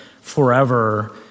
forever